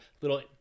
little